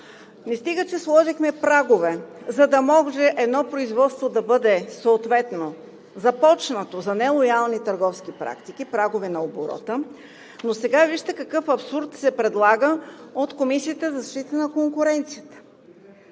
Не стига, че сложихме прагове, за да може едно производство да бъде започнато съответно за нелоялните търговски практики – прагове на оборота, но сега вижте, какъв абсурд се предлага от Комисията за защита на конкуренцията.